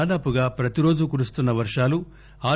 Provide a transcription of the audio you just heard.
దాదాపుగా ప్రతిరోజు కురుస్తున్న వర్షాలు ఆర్